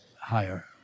higher